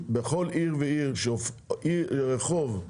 בכל רחוב,